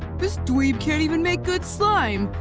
this dweeb can't even make good slime.